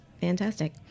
fantastic